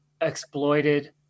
exploited